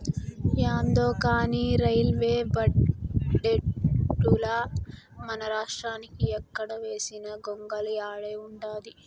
యాందో కానీ రైల్వే బడ్జెటుల మనరాష్ట్రానికి ఎక్కడ వేసిన గొంగలి ఆడే ఉండాది